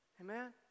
Amen